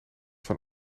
van